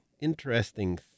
interesting